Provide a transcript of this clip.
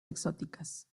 exóticas